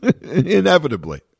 inevitably